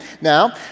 Now